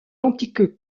antique